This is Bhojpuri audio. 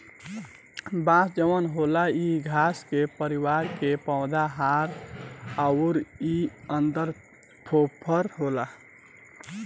बांस जवन होला इ घास के परिवार के पौधा हा अउर इ अन्दर फोफर होला